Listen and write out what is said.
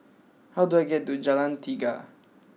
how do I get to Jalan Tiga